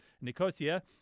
Nicosia